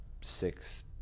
six